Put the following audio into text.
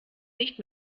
nicht